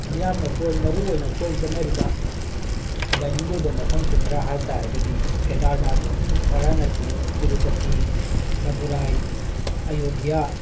ꯃꯤꯌꯥꯝꯅ ꯀꯣꯏꯕ ꯃꯔꯨ ꯑꯣꯏꯅ ꯀꯣꯏꯕ ꯆꯠꯅꯔꯤꯕ ꯂꯥꯏꯅꯤꯡꯒꯤ ꯑꯣꯏꯕ ꯃꯐꯝꯁꯤꯡ ꯈꯔ ꯍꯥꯏꯕꯇꯥꯔꯒꯗꯤ ꯀꯦꯗꯔꯅꯥꯠ ꯕꯔꯥꯅꯥꯁꯤ ꯇꯤꯔꯨꯄꯊꯤ ꯃꯗꯨꯔꯥꯏ ꯑꯌꯣꯗꯤꯌꯥ